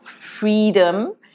freedom